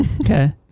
Okay